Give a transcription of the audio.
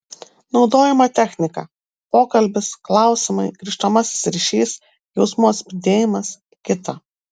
naudojama technika pokalbis klausimai grįžtamasis ryšys jausmų atspindėjimas kita